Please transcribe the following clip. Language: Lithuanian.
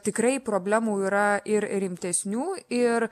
tikrai problemų yra ir rimtesnių ir